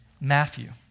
Matthew